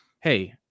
Hey